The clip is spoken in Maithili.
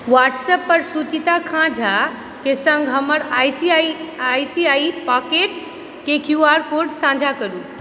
व्हाट्सअप पर सुचिता खाँ झाके सङ्ग हमर I C I C I pockets के क्यू आर कोड साझा करू